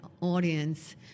audience